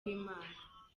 w’imana